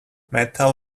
metal